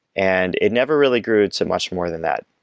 and it never really grew so much more than that.